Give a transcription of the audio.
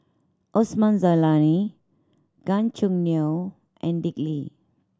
Osman Zailani Gan Choo Neo and Dick Lee